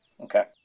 Okay